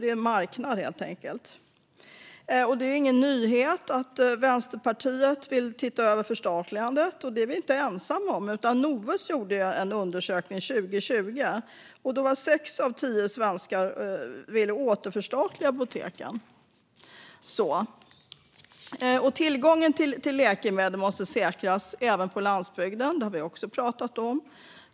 Det är en marknad, helt enkelt. Det är ingen nyhet att Vänsterpartiet vill titta över förstatligande. Det är vi inte ensamma om. När Novus gjorde en undersökning 2020 ville sex av tio svenskar återförstatliga apoteken. Tillgången till läkemedel måste säkras även på landsbygden. Det har vi också talat om.